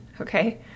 okay